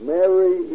Mary